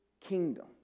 kingdom